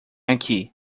aqui